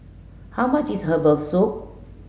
how much is herbal soup